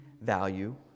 value